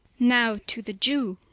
now to the jew.